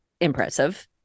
impressive